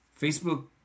Facebook